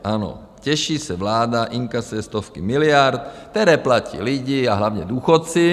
Ano, těší se, vláda inkasuje stovky miliard, které platí lidi a hlavně důchodci.